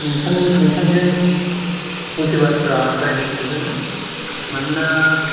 नोंथां नोंथांजों फंसे बाथ्रा रायलायनो सानदोंमोन मानोना